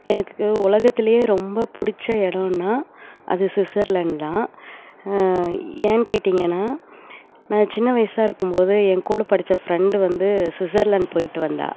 எனக்குக்கு உலகத்திலியே ரொம்ப பிடிச்ச இடோன்னா அது சுஸ்ஸர்லேண்ட் தான் ஏன் கேட்டிங்கன்னால் நான் சின்ன வயசா இருக்கும்போது என்கூட படித்த ஃப்ரெண்டு வந்து சுஸ்ஸர்லேண்ட் போய்ட்டு வந்தாள்